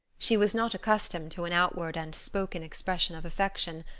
she was not accustomed to an outward and spoken expression of affection,